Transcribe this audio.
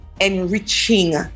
enriching